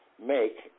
make